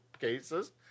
cases